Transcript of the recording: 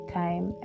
time